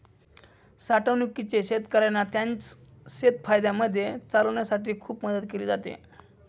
साठवणूकीने शेतकऱ्यांना त्यांचं शेत फायद्यामध्ये चालवण्यासाठी खूप मदत केली आहे